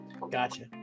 gotcha